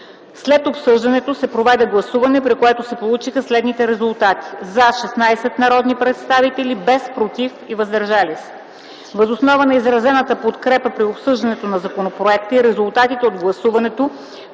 След обсъждането се проведе гласуване, при което се получиха следните резултати: „за” – 16 народни представители, без „против” и „въздържали се”. Въз основа на изразената подкрепа при обсъждането на законопроекта и резултатите от гласуването